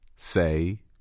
Say